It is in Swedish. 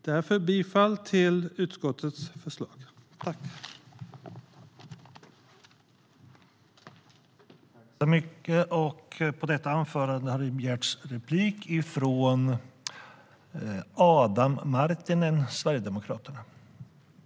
Därför yrkar jag bifall till utskottets förslag i betänkandet.